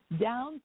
down